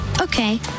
Okay